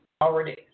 already